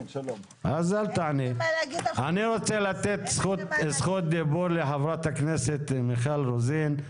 אני רוצה לתת זכות דיבור לחברת הכנסת מיכל רוזין,